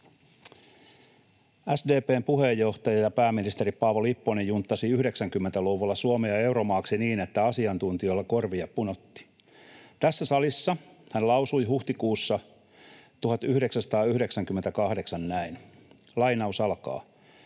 SDP:n puheenjohtaja ja pääministeri Paavo Lipponen junttasi 90-luvulla Suomea euromaaksi niin, että asiantuntijoilla korvia punotti. Tässä salissa hän lausui huhtikuussa 1998 näin: ”Keskusta